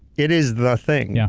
it is the thing. yeah